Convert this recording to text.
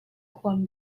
huam